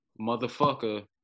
Motherfucker